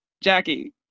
Jackie